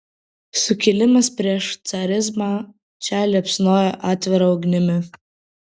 sukilimas prieš carizmą čia liepsnojo atvira ugnimi